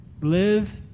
Live